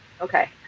Okay